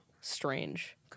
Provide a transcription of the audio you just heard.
strange